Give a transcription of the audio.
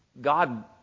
God